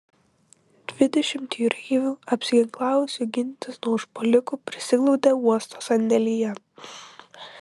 dvidešimt jūreivių apsiginklavusių gintis nuo užpuolikų prisiglaudė uosto sandėlyje